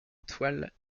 toiles